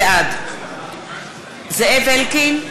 בעד זאב אלקין,